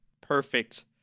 Perfect